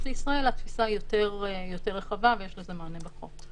לישראל התפיסה יותר רחבה ויש לזה מענה בחוק.